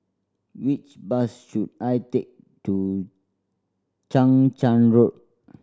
which bus should I take to Chang Charn Road